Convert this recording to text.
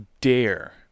dare